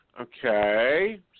okay